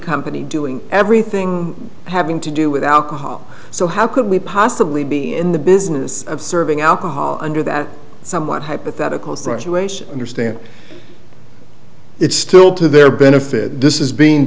company doing everything having to do with alcohol so how could we possibly be in the business of serving alcohol under that somewhat hypothetical situation understand it's still to their benefit this is being